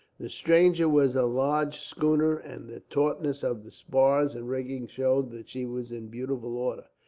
the stranger was a large schooner, and the tautness of the spars and rigging showed that she was in beautiful order.